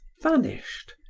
vanished,